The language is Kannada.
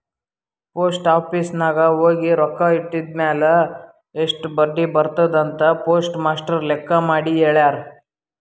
ಪೋಸ್ಟ್ ಆಫೀಸ್ ನಾಗ್ ಹೋಗಿ ರೊಕ್ಕಾ ಇಟ್ಟಿದಿರ್ಮ್ಯಾಲ್ ಎಸ್ಟ್ ಬಡ್ಡಿ ಬರ್ತುದ್ ಅಂತ್ ಪೋಸ್ಟ್ ಮಾಸ್ಟರ್ ಲೆಕ್ಕ ಮಾಡಿ ಹೆಳ್ಯಾರ್